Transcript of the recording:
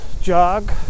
jog